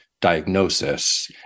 diagnosis